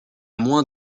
moins